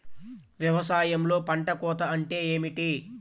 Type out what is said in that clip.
వ్యవసాయంలో పంట కోత అంటే ఏమిటి?